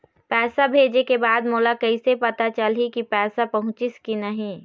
पैसा भेजे के बाद मोला कैसे पता चलही की पैसा पहुंचिस कि नहीं?